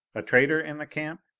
a traitor in the camp?